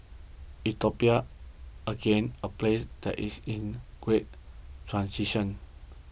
Ethiopia again a place that is in great transition